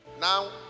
Now